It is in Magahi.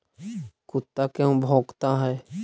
कुत्ता क्यों भौंकता है?